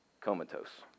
comatose